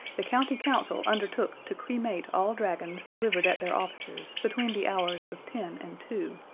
the county council undertook to cremate all dragons delivered at their offices between the hours of ten and two,